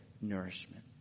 nourishment